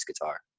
guitar